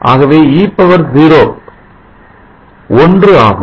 ஆகவே e 0 ஒன்று ஆகும்